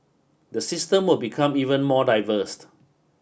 the system will become even more diverse